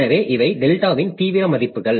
எனவே இவை டெல்டாவின் தீவிர மதிப்புகள்